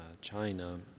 China